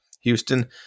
Houston